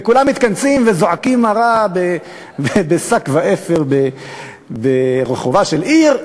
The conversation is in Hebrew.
וכולם מתכנסים וזועקים מרה בשק ואפר ברחובה של עיר.